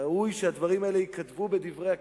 ראוי שהדברים האלה ייכתבו ב"דברי הכנסת".